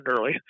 early